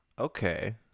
Okay